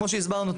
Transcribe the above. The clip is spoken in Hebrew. כמו שהסברנו,